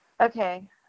Okay